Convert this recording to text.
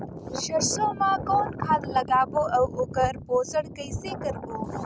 सरसो मा कौन खाद लगाबो अउ ओकर पोषण कइसे करबो?